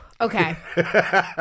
Okay